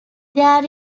there